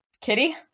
Kitty